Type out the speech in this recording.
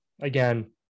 again